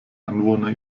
anwohner